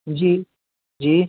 जी जी